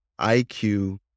IQ